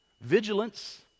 vigilance